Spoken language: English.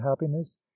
happiness